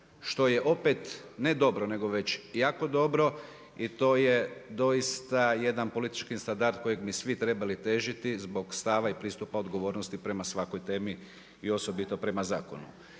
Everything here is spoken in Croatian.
što je opet ne dobro, nego već jako dobro. I to je doista jedan politički standard kojem bi svi trebali težiti zbog stava i pristupa odgovornosti prema svakoj temi i osobito prema zakonu.